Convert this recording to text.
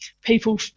People